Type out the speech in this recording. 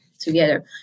together